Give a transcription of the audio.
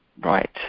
right